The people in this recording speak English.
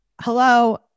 hello